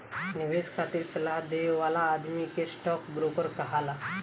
निवेश खातिर सलाह देवे वाला आदमी के स्टॉक ब्रोकर कहाला